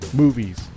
movies